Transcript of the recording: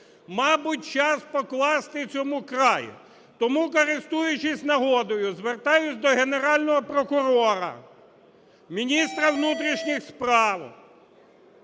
Мабуть, час покласти цьому край. Тому, користуючись нагодою, звертаюсь до Генерального прокурора, міністра внутрішніх справ,